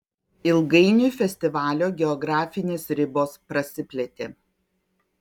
ilgainiui festivalio geografinės ribos prasiplėtė